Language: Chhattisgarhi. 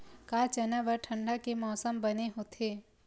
का चना बर ठंडा के मौसम बने होथे?